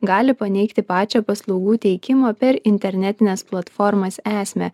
gali paneigti pačią paslaugų teikimo per internetines platformas esmę